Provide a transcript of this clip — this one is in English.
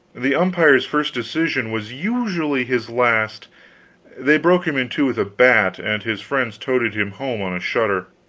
the umpire's first decision was usually his last they broke him in two with a bat, and his friends toted him home on a shutter.